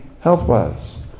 health-wise